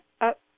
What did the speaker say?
up